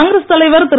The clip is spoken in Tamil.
காங்கிரஸ் தலைவர் திரு